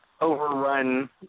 overrun